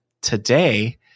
today